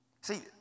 See